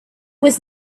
was